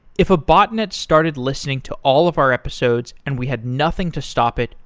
if a botnet started listening to all of our episodes and we had nothing to stop it,